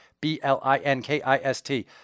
B-L-I-N-K-I-S-T